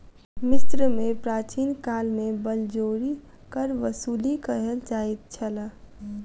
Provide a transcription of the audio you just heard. मिस्र में प्राचीन काल में बलजोरी कर वसूली कयल जाइत छल